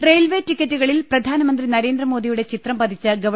railway ടിക്കറ്റുകളിൽ പ്രധാനമന്ത്രി നരേന്ദ്രമോദിയുടെ ചിത്രം പതിച്ച ഗവ